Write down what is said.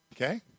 Okay